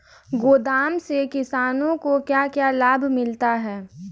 गोदाम से किसानों को क्या क्या लाभ मिलता है?